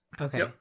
Okay